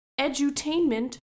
edutainment